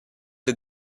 the